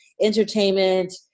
entertainment